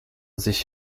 sich